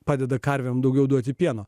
padeda karvėms daugiau duoti pieno